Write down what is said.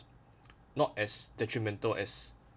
not as detrimental as